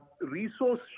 resource